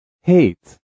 Hate